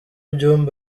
byombi